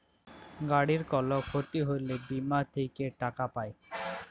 গাড়ির কল ক্ষতি হ্যলে বীমা থেক্যে টাকা পায়